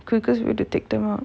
because you have to take them out